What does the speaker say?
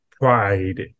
pride